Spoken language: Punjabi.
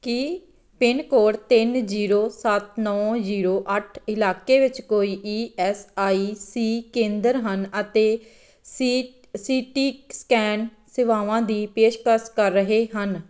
ਕੀ ਪਿੰਨ ਕੋਡ ਤਿੰਨ ਜੀਰੋ ਸੱਤ ਨੌਂ ਜੀਰੋ ਅੱਠ ਇਲਾਕੇ ਵਿੱਚ ਕੋਈ ਈ ਐੱਸ ਆਈ ਸੀ ਕੇਂਦਰ ਹਨ ਅਤੇ ਸੀ ਸੀ ਟੀ ਸਕੈਨ ਸੇਵਾਵਾਂ ਦੀ ਪੇਸ਼ਕਸ ਕਰ ਰਹੇ ਹਨ